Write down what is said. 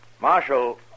Marshal